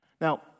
Now